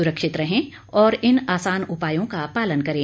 सुरक्षित रहें और इन आसान उपायों का पालन करें